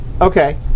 Okay